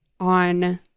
on